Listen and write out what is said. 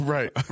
Right